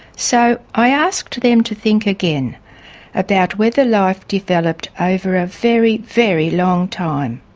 so i asked them to think again about whether life developed over a very, very long time.